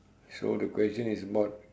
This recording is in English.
so the question is about